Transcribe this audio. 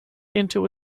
into